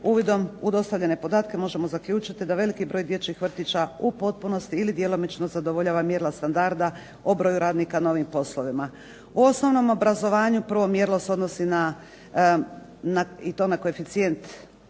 uvidom u dostavljene podatke možemo zaključiti da veliki broj dječjih vrtića u potpunosti ili djelomično zadovoljava mjerila standarda o broju radnika na ovim poslovima. U osnovnom obrazovanju prvo mjerilo se odnosi na i to na koeficijent